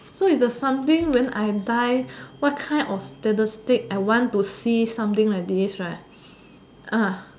no is the something when I die what kind of statistic I want to see something like this right